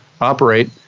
operate